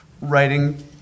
writing